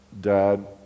dad